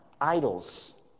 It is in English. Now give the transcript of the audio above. idols